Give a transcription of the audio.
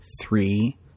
three